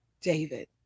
David